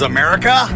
America